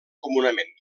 comunament